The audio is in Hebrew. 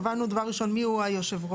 קבענו דבר ראשון מיהו היושב-ראש,